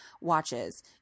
watches